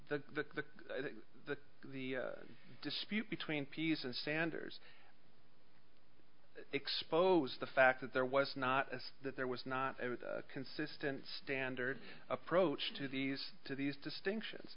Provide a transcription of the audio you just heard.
piece the the the dispute between p s and sanders exposed the fact that there was not a that there was not a consistent standard approach to these to these distinctions